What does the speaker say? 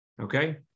Okay